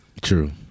True